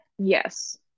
Yes